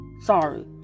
sorry